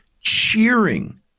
cheering